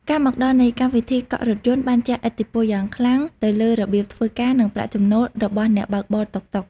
ការមកដល់នៃកម្មវិធីកក់រថយន្តបានជះឥទ្ធិពលយ៉ាងខ្លាំងទៅលើរបៀបធ្វើការ និងប្រាក់ចំណូលរបស់អ្នកបើកបរតុកតុក។